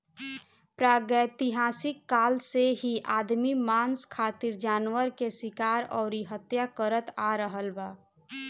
प्रागैतिहासिक काल से ही आदमी मांस खातिर जानवर के शिकार अउरी हत्या करत आ रहल बा